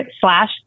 slash